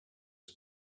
his